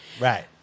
Right